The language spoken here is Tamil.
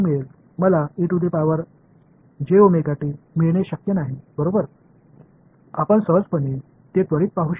நான் ஒரு 0 ஐப் பெறுவேன் நான் அதைப் பெறுவேன் ஒரு பெறுவது எனக்கு சாத்தியமில்லை நீங்கள் அதை உள்ளுணர்வாக உடனடியாகப் பார்க்க முடியும்